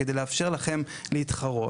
כדי לאפשר לכם להתחרות.